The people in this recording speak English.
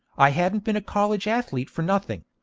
i hadn't been a college athlete for nothing.